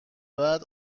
بعد